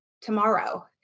tomorrow